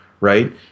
right